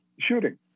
shooting